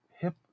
hip